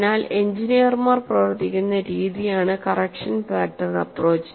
അതിനാൽ എഞ്ചിനീയർമാർ പ്രവർത്തിക്കുന്ന രീതിയാണ് കറക്ഷൻ ഫാക്ടർ അപ്പ്രോച്ച്